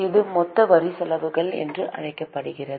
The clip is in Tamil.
இது மொத்த வரி செலவுகள் என்று அழைக்கப்படுகிறது